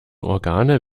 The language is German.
organe